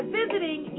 visiting